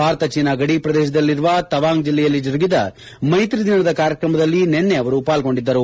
ಭಾರತ ಚೀನಾ ಗಡಿ ಪ್ರದೇಶದಲ್ಲಿರುವ ತವಾಂಗ್ ಜಿಲ್ಲೆಯಲ್ಲಿ ಜರುಗಿದ ಮೈತ್ರಿ ದಿನದ ಕಾರ್ಯಕ್ರಮದಲ್ಲಿ ನಿನ್ನೆ ಅವರು ಪಾಲ್ಡೊಂಡಿದ್ದರು